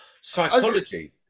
psychology